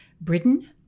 Britain